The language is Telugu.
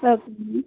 ఓకే అండి